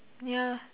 ya